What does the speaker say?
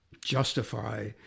justify